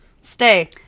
Stay